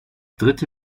dritte